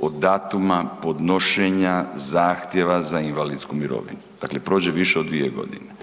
od datuma podnošenja zahtjeva za invalidsku mirovinu. Dakle prođe više od 2 g.